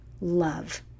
love